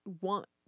want